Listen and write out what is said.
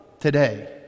today